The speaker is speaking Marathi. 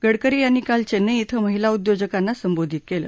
गडकरी यांनी काल चेन्नई कें महिला उद्योजकांना संबोधित केलं